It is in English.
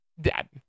Dad